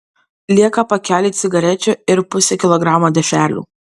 lieka pakeliui cigarečių ir pusei kilogramo dešrelių